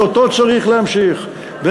וצריך להמשיך אותו,